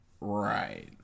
Right